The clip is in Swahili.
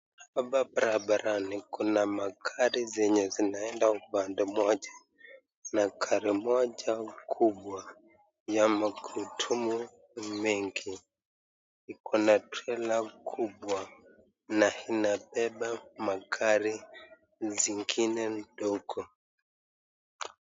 Hapa barabarani kuna magari zenye zinaenda upande mmoja na gari moja kubwa ya magurudumu mengi iko na trela kubwa na inabeba magari zingine ndogo.